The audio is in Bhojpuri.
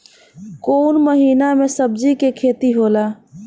कोउन महीना में सब्जि के खेती होला?